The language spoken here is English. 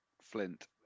Flint